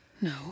No